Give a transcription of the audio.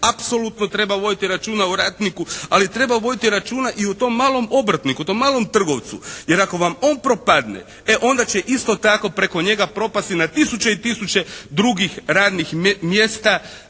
apsolutno treba voditi računa o radniku ali treba voditi računa i o tom malom obrtniku, tom malom trgovcu jer ako vam on propadne e onda će isto tako preko njega propasti na tisuće i tisuće drugih radnih mjesta